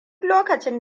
lokacin